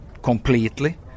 completely